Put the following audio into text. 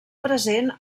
present